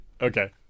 Okay